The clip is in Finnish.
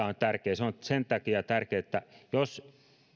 on tärkeää se on sen takia tärkeää että jos